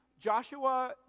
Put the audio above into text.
Joshua